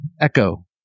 Echo